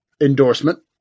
endorsement